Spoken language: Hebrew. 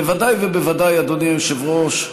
בוודאי ובוודאי, אדוני היושב-ראש,